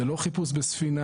זה לא חיפוש בספינה,